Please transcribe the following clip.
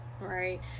right